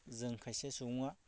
जों खायसे सुबुङा